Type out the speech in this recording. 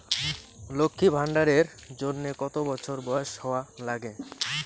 লক্ষী ভান্ডার এর জন্যে কতো বছর বয়স হওয়া লাগে?